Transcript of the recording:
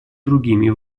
другими